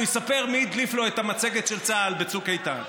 והוא יספר מי הדליף לו את המצגת של צה"ל בצוק איתן.